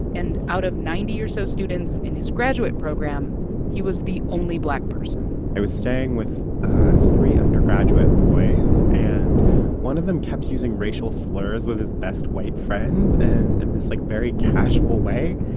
and out of ninety or so students in his graduate program, but he was the only black person i was staying with three undergraduate boys, and one of them kept using racial slurs with his best white friends and in this, like, very casual way